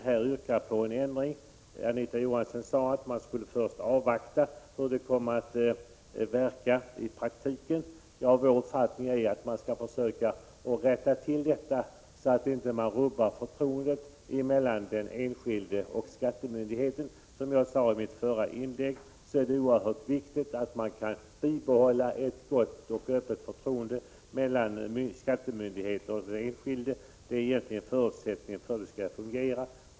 När vi yrkar på en ändring säger Anita Johansson att man först skall avvakta hur det kommer att verka i praktiken. Vår uppfattning är att man skall försöka rätta till detta, så att man inte rubbar förtroendet mellan den enskilde och skattemyndigheten. Som jag sade i mitt förra inlägg är det oerhört viktigt att man kan bibehålla ett gott och öppet förtroende mellan skattemyndigheten och den enskilde. Det är egentligen förutsättningen för att det skall fungera.